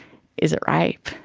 is it rape?